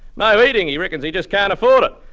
no heating. he reckons he just can't afford it.